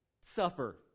Suffer